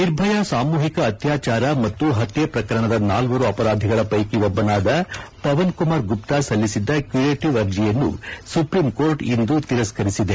ನಿರ್ಭಯಾ ಸಾಮೂಹಿಕ ಅತ್ಯಾಚಾರ ಮತ್ತು ಹತ್ಯೆ ಪ್ರಕರಣದ ನಾಲ್ವರು ಅಪರಾಧಿಗಳ ಪೈಕಿ ಒಬ್ಬನಾದ ಪವನ್ಕುಮಾರ್ ಗುಪ್ತಾ ಸಲ್ಲಿಸಿದ್ದ ಕ್ಯುರೇಟಿವ್ ಅರ್ಜಿಯನ್ನು ಸುಪ್ರೀಂ ಕೋರ್ಟ್ ಇಂದು ತಿರಸ್ಕರಿಸಿದೆ